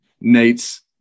nate's